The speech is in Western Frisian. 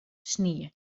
snie